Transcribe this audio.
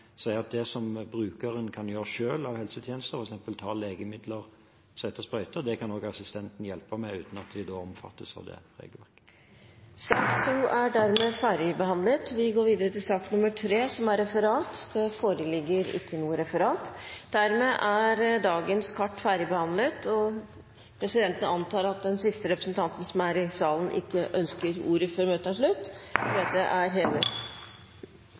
sier at det som brukeren selv kan gjøre av helsetjenester, f.eks. å ta legemidler og sette sprøyter, kan også assistenten hjelpe til med uten at det omfattes av det regelverket. Dette spørsmålet er utsatt til neste spørretime, da statsråden er bortreist. Sak nr. 2 er dermed ferdigbehandlet. Det foreligger ikke noe referat. Dermed er dagens kart ferdigbehandlet. Presidenten antar at den siste representanten som er i salen, ikke ønsker ordet før møtet er slutt? – Møtet er hevet.